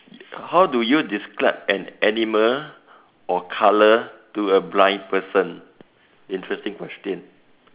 how do you describe an animal or colour to a blind person interesting question